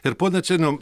ir pone černiau